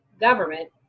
government